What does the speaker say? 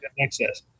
access